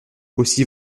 aussi